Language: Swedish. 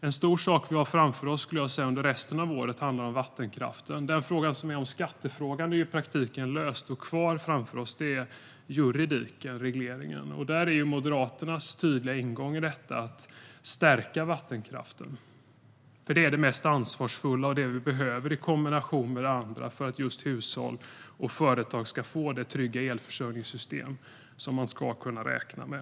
En stor sak vi har framför oss, skulle jag säga, under resten av året handlar om vattenkraften. Skattefrågan är i praktiken löst. Kvar är juridiken, regleringen. Moderaternas tydliga ingång i detta är att stärka vattenkraften. Det är det mest ansvarsfulla och det vi behöver i kombination med det andra för att just hushåll och företag ska få det trygga elförsörjningssystem som de ska kunna räkna med.